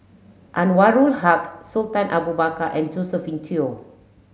Anwarul Haque Sultan Abu Bakar and Josephine Teo